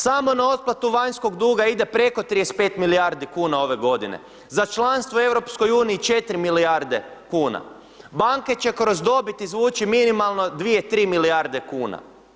Samo na otplatu vanjskog duga ide preko 35 milijardi kuna ove godine, za članstvo u EU 4 milijarde kuna, banke će kroz dobit izvući minimalno 2, 3 milijarde kuna.